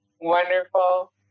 wonderful